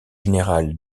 général